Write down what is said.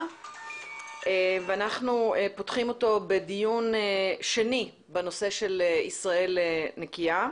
ואנחנו פותחים אותו בדיון שני בנושא של ישראל נקייה,